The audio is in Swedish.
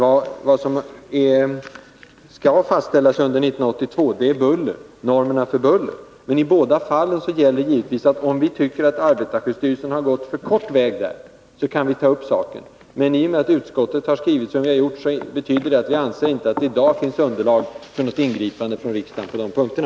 Vad som skall fastställas under 1982 är normerna för buller. I båda fallen gäller givetvis att om vi tycker att arbetarskyddsstyrelsen gått för kort väg, kan vi ta upp saken. Men i och med att vi skrivit som vi gjort i utskottets betänkande, anser vi att det inte i dag finns underlag för ingripanden från riksdagen på den punkten.